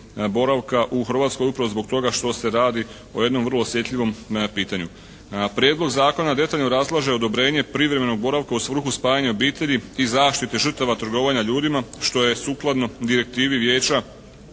boravka u Hrvatskoj upravo zbog toga što se radi o jednom vrlo osjetljivom pitanju. Prijedlog zakona detaljno razlaže odobrenje privremenog boravka u svrhu spajanja obitelji i zaštite žrtava trgovanja ljudima što je sukladno Direktivi Vijeća